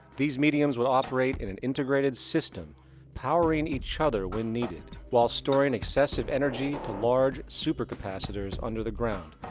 these mediums would operate in an integrated system powering each other when needed, while storing excessive energy to large super capacitors under the ground,